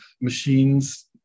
machines